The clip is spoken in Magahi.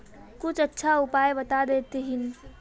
कुछ अच्छा उपाय बता देतहिन?